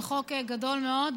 זה חוק גדול מאוד,